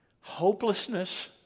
hopelessness